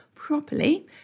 properly